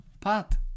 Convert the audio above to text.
Pat